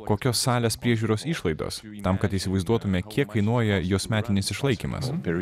kokios salės priežiūros išlaidos tam kad įsivaizduotume kiek kainuoja jos metinis išlaikymas per